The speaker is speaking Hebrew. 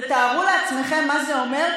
ותארו לעצמכם מה זה אומר,